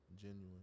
genuine